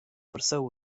jeu